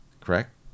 Correct